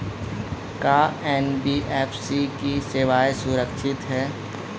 का एन.बी.एफ.सी की सेवायें सुरक्षित है?